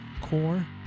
core